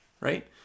Right